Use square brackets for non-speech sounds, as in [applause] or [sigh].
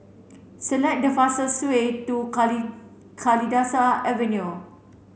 select the fastest way to [unintelligible] Kalidasa Avenue